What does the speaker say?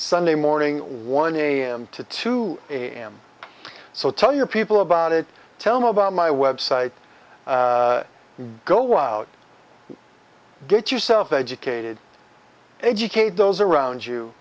sunday morning one am to two am so tell your people about it tell me about my website go out get yourself educated educate those around you